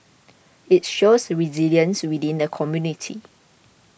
it shows resilience within the community